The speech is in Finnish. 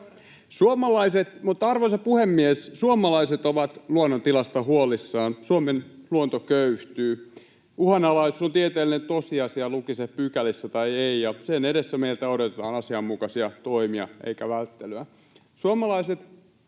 arvoisa puhemies, suomalaiset ovat luonnon tilasta huolissaan. Suomen luonto köyhtyy. Uhanalaisuus on tieteellinen tosiasia, luki se pykälissä tai ei, ja sen edessä meiltä odotetaan asianmukaisia toimia eikä välttelyä. Suomalaiset